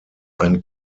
ein